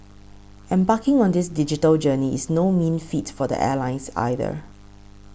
embarking on this digital journey is no mean feat for airlines either